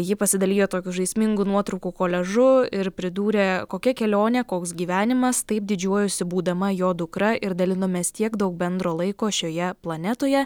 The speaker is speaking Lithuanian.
ji pasidalijo tokiu žaismingu nuotraukų koliažu ir pridūrė kokia kelionė koks gyvenimas taip didžiuojuosi būdama jo dukra ir dalinomės tiek daug bendro laiko šioje planetoje